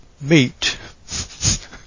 Meat